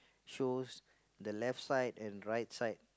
shows the left side and right side